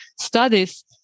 studies